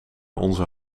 onze